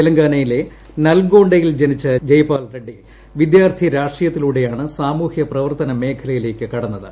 തെലങ്കാനയിലെ നൽഗോണ്ടയിൽ ജനിച്ച ജെയ്പാൽ റെഡ്നി വിദ്യാർത്ഥി രാഷ്ട്രീയത്തി ലൂടെയാണ് സാമൂഹ്യ പ്രവർത്തന മേഖലയിലേക്ക് കടന്നത്